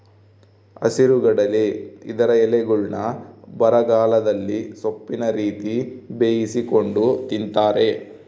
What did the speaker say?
ಹಸಿರುಗಡಲೆ ಇದರ ಎಲೆಗಳ್ನ್ನು ಬರಗಾಲದಲ್ಲಿ ಸೊಪ್ಪಿನ ರೀತಿ ಬೇಯಿಸಿಕೊಂಡು ತಿಂತಾರೆ